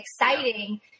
exciting